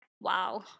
Wow